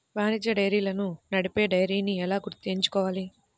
వాణిజ్య డైరీలను నడిపే డైరీని ఎలా ఎంచుకోవాలి?